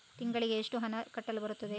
ತಿಂಗಳಿಗೆ ಎಷ್ಟು ಹಣ ಕಟ್ಟಲು ಬರುತ್ತದೆ?